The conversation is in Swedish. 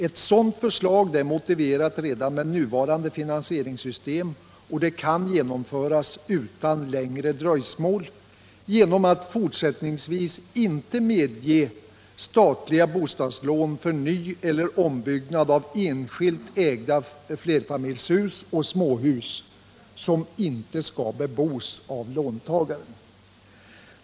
Ett sådant förslag är motiverat redan med nuvarande finansieringssystem och kan genomföras utan längre dröjsmål, genom att fortsättningsvis inte medge statliga bostadslån för nyeller ombyggnad av enskilt ägda flerfamiljshus och småhus som inte skall bebos av låntagaren.